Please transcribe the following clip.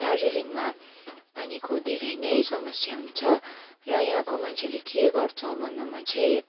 दार्जिलिङमा पानीको धेरै नै समस्या हुन्छ र यहाँको मान्छेले के गर्छ भन्दामा चाहिँ